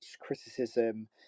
criticism